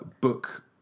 book